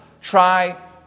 try